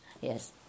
Yes